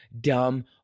dumb